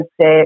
say